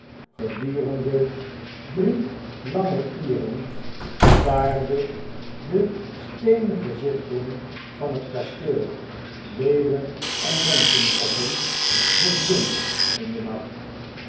gedurende drie lange uren staarden de steenen gezichten van net kasteel leeuwen en menschenkoppen zich blind in den nacht